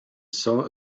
saw